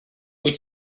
wyt